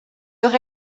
toch